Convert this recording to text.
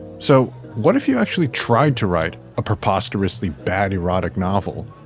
so what if you actually tried to write a preposterously bad erotic novel?